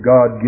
God